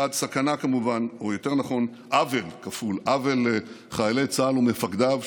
או יותר נכון עוול כפול: עוול לחיילי צה"ל ומפקדיו,